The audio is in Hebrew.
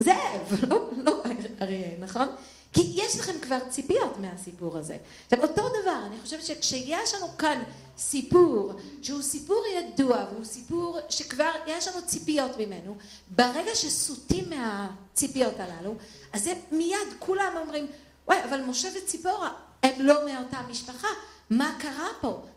זאב, נכון? כי יש לכם כבר ציפיות מהסיפור הזה. עכשיו אותו דבר, אני חושבת שכשיש לנו כאן סיפור, שהוא סיפור ידוע, והוא סיפור שכבר יש לנו ציפיות ממנו, ברגע שסוטים מהציפיות הללו, אז זה מיד כולם אומרים וואי אבל משה וציפורה הם לא מאותה משפחה, מה קרה פה?